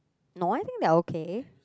no I think they are okay